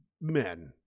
men